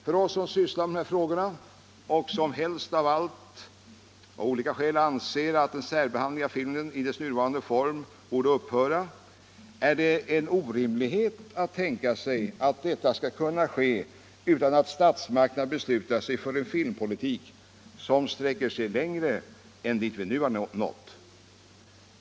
För oss som sysslar med dessa frågor, och som helst av allt av olika skäl önskade att särbehandlingen av biograffilmen i dess nuvarande form borde upphöra, är det en orimlighet att tänka sig att detta skall kunna ske utan att statsmakterna beslutar sig för en filmpolitik som sträcker sig vida längre än dit vi nu har nått.